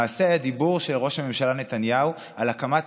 למעשה הדיבור של ראש הממשלה נתניהו על הקמת